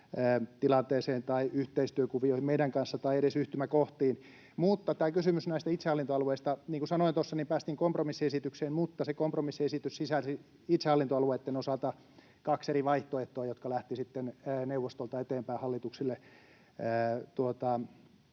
tilanteeseen tai yhteistyökuvioihin meidän kanssamme tai edes yhtymäkohtiin. Mutta tämä kysymys näistä itsehallintoalueista: Niin kuin sanoin tuossa, niin päästiin kompromissiesitykseen, mutta se kompromissiesitys sisälsi itsehallintoalueitten osalta kaksi eri vaihtoehtoa, jotka lähtivät sitten neuvostolta eteenpäin hallituksille